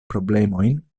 problemojn